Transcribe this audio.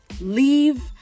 leave